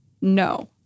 no